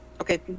Okay